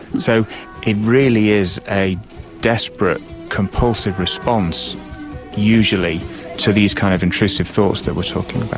so it really is a desperate compulsive response usually to these kind of intrusive thoughts that we are talking